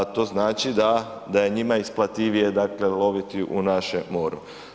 To znači da je njima isplativije dakle loviti u našem moru.